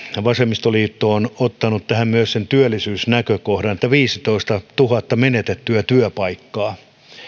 vasemmistoliitto on ottanut tähän myös sen työllisyysnäkökohdan viisitoistatuhatta menetettyä työpaikkaa